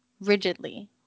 rigidly